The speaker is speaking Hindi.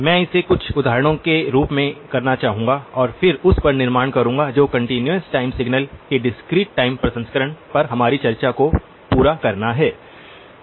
मैं इसे कुछ उदाहरणों के रूप में करना चाहूंगा और फिर उस पर निर्माण करूंगा जो कंटीन्यूअस टाइम सिग्नल्स के डिस्क्रीट टाइम प्रसंस्करण पर हमारी चर्चा को पूरा करना है